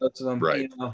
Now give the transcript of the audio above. Right